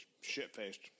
shit-faced